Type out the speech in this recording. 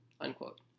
unquote